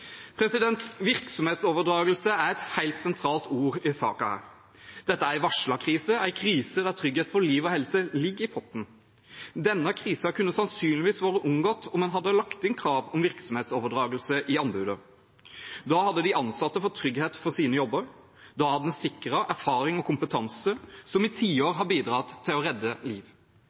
Virksomhetsoverdragelse er et helt sentralt ord i denne saken. Dette er en varslet krise, en krise der trygghet for liv og helse ligger i potten. Denne krisen kunne sannsynligvis vært unngått om man hadde lagt inn krav om virksomhetsoverdragelse i anbudet. Da hadde de ansatte fått trygghet for sine jobber, og da hadde man sikret erfaring og kompetanse som i tiår har bidratt til å redde liv.